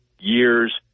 years